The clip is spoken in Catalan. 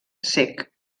cec